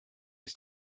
ist